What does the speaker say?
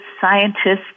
scientists